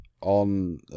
on